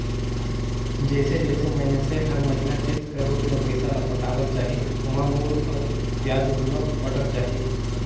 जइसे जइसे मइनसे हर हर महिना किस्त कर रूप में पइसा ल पटावत जाही ओाम मूर अउ बियाज दुनो पटत जाही